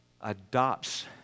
adopts